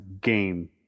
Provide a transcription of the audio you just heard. game